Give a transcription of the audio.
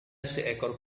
seekor